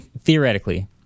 theoretically